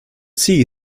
see